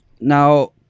Now